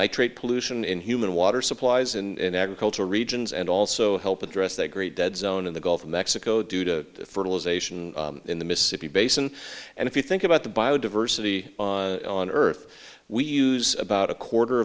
nitrate pollution in human water supplies in agriculture regions and also help address the great dead zone in the gulf of mexico due to fertilization in the mississippi basin and if you think about the biodiversity on earth we use about a quarter